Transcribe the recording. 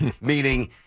Meaning